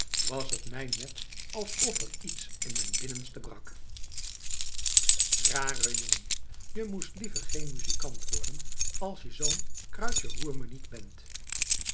was t mij net alsof er iets in mijn binnenste brak rare jongen je moest liever geen muzikant worden als je zoo'n kruidje-roer-mij-niet bent